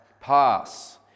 Pass